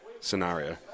scenario